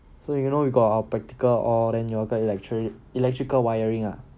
so you know we got our practical and all then 有那个 electric electrical wiring ah